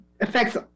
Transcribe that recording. affects